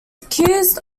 accused